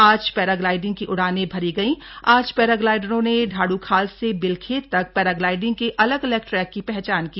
आज पैराग्लाइडिंग की उड़ानें भरी गई आज पैराग्लाइडरों ने ढाढ़ूखाल से बिलखेत तक पैराग्लाइडिंग के अलग अलग ट्रैक की पहचान की